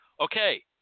Okay